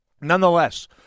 Nonetheless